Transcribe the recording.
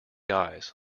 eyes